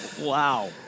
Wow